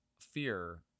fear